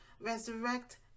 resurrect